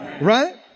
Right